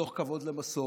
מתוך כבוד למסורת,